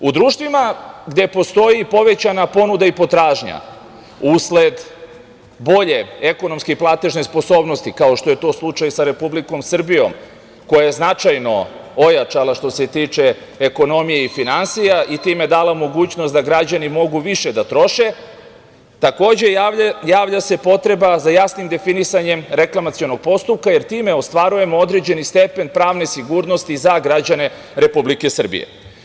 U društvima gde postoji povećana ponuda i potražnja, usled bolje ekonomske i platežne sposobnosti, kao što je to slučaj sa Republikom Srbijom koja je značajno ojačala što se tiče ekonomije i finansija i time dala mogućnost da građani mogu više da troše, takođe javlja se potreba za jasnim definisanjem reklamacionog postupka, jer time ostvarujemo određeni stepen pravne sigurnosti za građane Republike Srbije.